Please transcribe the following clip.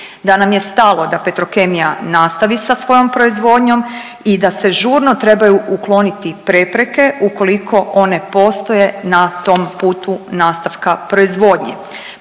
da nam je stalo da Petrokemija nastavi sa svojom proizvodnjom i da se žurno trebaju ukloniti prepreke ukoliko one postoje na tom putu nastavka proizvodnje.